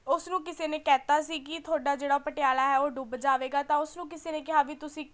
ਉਸਨੂੰ ਕਿਸੇ ਨੇ ਕਹਿ ਤਾ ਸੀ ਕਿ ਤੁਹਾਡਾ ਜਿਹੜਾ ਪਟਿਆਲਾ ਹੈ ਉਹ ਡੁੱਬ ਜਾਵੇਗਾ ਤਾਂ ਉਸ ਨੂੰ ਕਿਸੇ ਨੇ ਕਿਹਾ ਵੀ ਤੁਸੀਂ